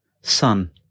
Son